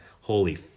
holy